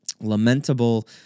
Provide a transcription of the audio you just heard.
lamentable